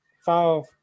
five